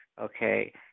Okay